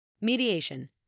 Mediation